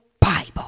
Bible